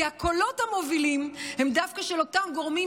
כי הקולות המובילים הם דווקא של אותם גורמים